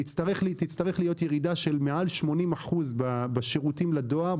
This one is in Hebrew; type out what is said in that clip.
תצטרך להיות ירידה של מעל 80 אחוזים בשירותים לדואר,